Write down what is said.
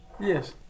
Yes